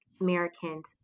Americans